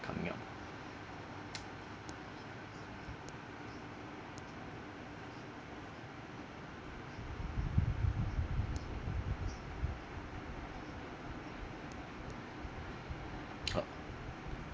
coming up uh